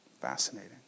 Fascinating